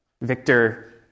Victor